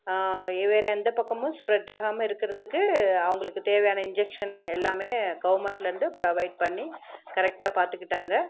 வேறு எந்த பக்கமும் ஸ்ப்ரெட் ஆகாமல் இருக்கிறதுக்கு அவங்களுக்கு தேவையான இஞ்சக்சன் எல்லாமே கவர்மெண்ட்லிருந்து ப்ரொவைட் பண்ணி கரெக்ட்டாக பார்த்துக்கிட்டாங்க